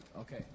Okay